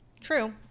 True